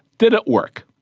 did it work?